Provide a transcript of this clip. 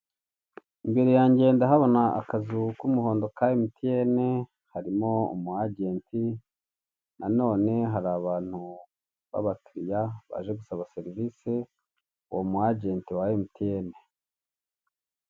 Imbere yange ndahabona akazu k'umuhondo ka MTN, harimo umu agenti , nanone hari abantu b'abakiriya baje gusaba serivisi uwo mu agenti wa MTN.